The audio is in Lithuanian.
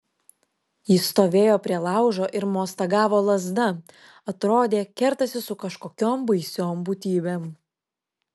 jis stovėjo prie laužo ir mostagavo lazda atrodė kertasi su kažkokiom baisiom būtybėm